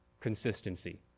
consistency